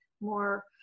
more